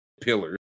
pillars